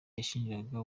yashinjwaga